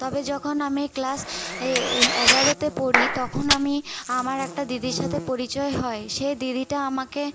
তবে যখন আমি ক্লাস এগারোতে পড়ি তখন আমি আমার একটা দিদির সাথে পরিচয় হয় সে দিদিটা আমাকে